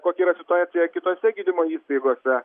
kokia yra situacija kitose gydymo įstaigose